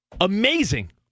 amazing